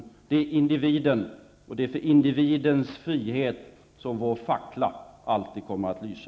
Det är för individen och för individens frihet som vår fackla alltid kommer att lysa.